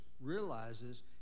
realizes